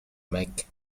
make